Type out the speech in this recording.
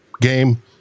game